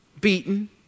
beaten